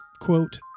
quote